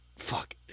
Fuck